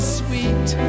sweet